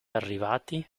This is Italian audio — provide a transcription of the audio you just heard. arrivati